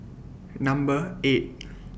Number eight